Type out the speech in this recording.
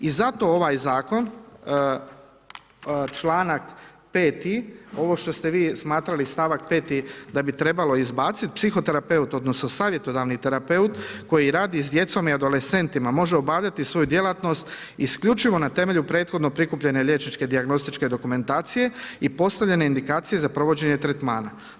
I zato ovaj Zakon čl. 5., ovo što ste vi smatrali stavak 5. da bi trebalo izbaciti psihoterapeut odnosno savjetodavni terapeut koji radi s djecom i adolescentima može obavljati svoju djelatnost isključivo na temelju prethodno prikupljene liječničke dijagnostičke dokumentacije i postavljene indikacije za provođenje tretmana.